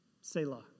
Selah